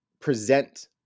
present